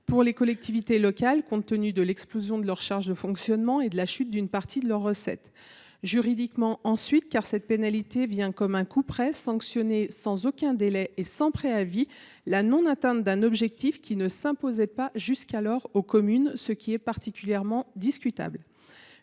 pour les collectivités locales, compte tenu de l’explosion de leurs charges de fonctionnement et de la chute d’une partie de leurs recettes. Juridiquement ensuite, car cette pénalité vient comme un couperet sanctionner, sans aucun délai ni préavis, la non atteinte d’un objectif qui ne s’imposait pas jusqu’alors aux communes, ce qui est particulièrement discutable.